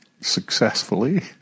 successfully